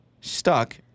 stuck